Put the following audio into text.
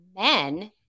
men